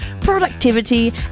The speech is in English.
productivity